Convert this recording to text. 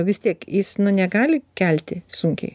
vis tiek jis negali kelti sunkiai